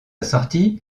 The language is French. sortie